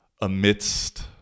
amidst